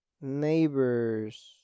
neighbors